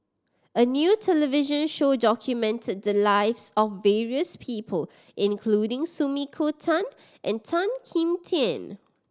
a new television show documented the lives of various people including Sumiko Tan and Tan Kim Tian